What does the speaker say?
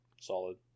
solid